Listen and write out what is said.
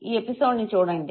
ఈ ఎపిసోడ్ ని చూడండి